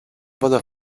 voler